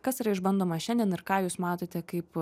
kas yra išbandoma šiandien ir ką jūs matote kaip